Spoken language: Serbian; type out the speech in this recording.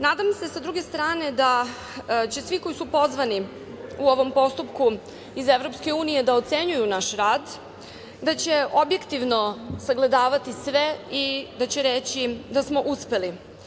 Nadam se, sa druge strane, da će svi koji su pozvani u ovom postupku iz EU da ocenjuju naš rad, da će objektivno sagledavati sve i da će reći da smo uspeli.